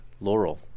Laurel